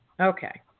Okay